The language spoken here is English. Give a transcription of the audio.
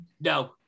No